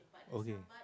okay